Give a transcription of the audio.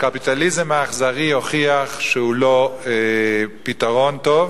הקפיטליזם האכזרי הוכיח שהוא לא פתרון טוב,